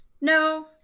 No